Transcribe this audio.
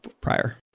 prior